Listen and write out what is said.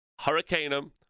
Hurricaneum